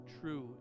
true